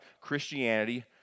christianity